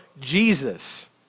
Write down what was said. Jesus